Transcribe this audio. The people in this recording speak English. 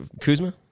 Kuzma